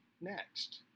next